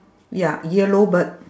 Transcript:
ya yellow bird